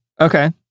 Okay